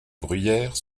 bruyère